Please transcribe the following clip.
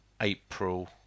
April